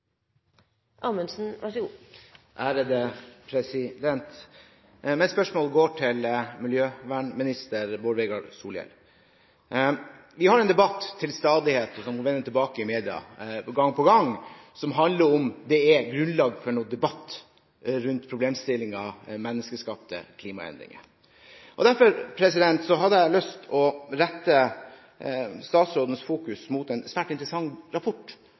går til miljøvernminister Bård Vegar Solhjell. Vi har en debatt til stadighet, som vender tilbake i media gang på gang, som handler om hvorvidt det er grunnlag for noen debatt rundt problemstillingen menneskeskapte klimaendringer. Derfor hadde jeg lyst til å rette statsrådens fokus mot en svært interessant rapport